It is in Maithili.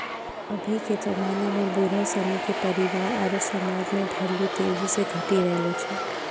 अभी के जबाना में बुढ़ो सिनी के परिवार आरु समाज मे भेल्यू तेजी से घटी रहलो छै